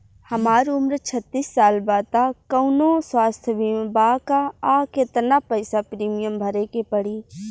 हमार उम्र छत्तिस साल बा त कौनों स्वास्थ्य बीमा बा का आ केतना पईसा प्रीमियम भरे के पड़ी?